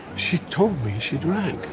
she told me she drank.